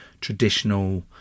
traditional